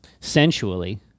Sensually